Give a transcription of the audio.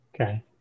Okay